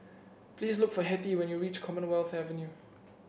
please look for Hettie when you reach Commonwealth Avenue